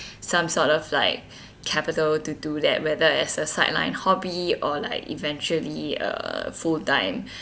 some sort of like capital to do that whether as a sideline hobby or like eventually uh full time